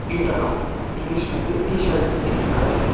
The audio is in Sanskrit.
युतकम् इङ्ग्लिष् मध्ये टिशर्ट् इति कथ्यते